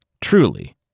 Truly